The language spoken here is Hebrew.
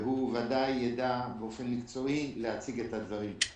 והוא ודאי יידע באופן מקצועי להציג את הדברים.